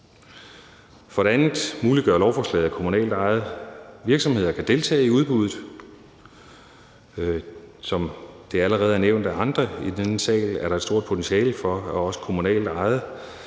For det andet muliggør lovforslaget, at kommunalt ejede virksomheder kan deltage i udbuddet. Som det allerede er nævnt af andre i denne sal, er der et stort potentiale i, at også kommunalt ejede